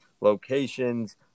locations